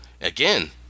again